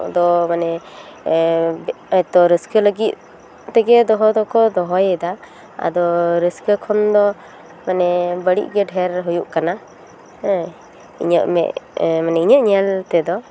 ᱫᱚ ᱢᱟᱱᱮ ᱦᱳᱭᱛᱳ ᱨᱟᱹᱥᱠᱟᱹ ᱞᱟᱹᱜᱤᱫ ᱛᱮᱜᱮ ᱫᱚᱦᱚ ᱫᱚᱠᱚ ᱫᱚᱦᱚᱭᱮᱫᱟ ᱟᱫᱚ ᱨᱟᱹᱥᱠᱟᱹ ᱠᱷᱚᱱ ᱫᱚ ᱢᱟᱱᱮ ᱵᱟᱹᱲᱤᱡ ᱜᱮ ᱰᱷᱮᱨ ᱦᱩᱭᱩᱜ ᱠᱟᱱᱟ ᱦᱮᱸ ᱤᱧᱟᱹᱜ ᱢᱮᱫ ᱢᱟᱱᱮ ᱤᱧᱟᱹᱜ ᱧᱮᱞ ᱛᱮᱫᱚ